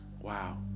wow